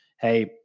hey